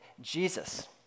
Jesus